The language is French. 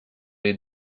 les